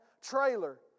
trailer